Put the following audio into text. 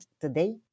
today